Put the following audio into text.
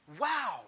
wow